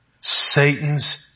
Satan's